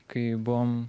kai buvom